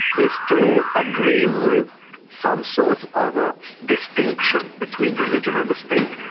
they still agree with some sort of a distinction between religion and the state,